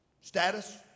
Status